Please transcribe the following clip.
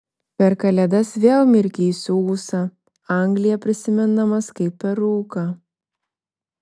per kalėdas vėl mirkysiu ūsą angliją prisimindamas kaip per rūką